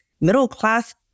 middle-class